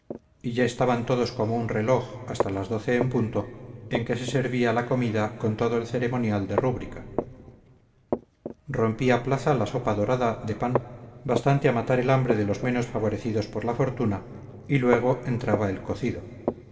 y ya estaban todos como un reloj hasta las doce en punto en que se servía la comida con todo el ceremonial de rúbrica rompía plaza la sopa dorada de pan bastante a matar el hambre de los menos favorecidos por la fortuna y luego entraba el cocido